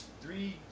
three